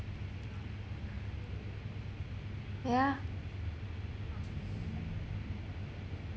yeah